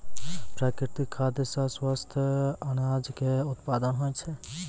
प्राकृतिक खाद सॅ स्वस्थ अनाज के उत्पादन होय छै